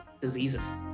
diseases